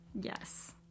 yes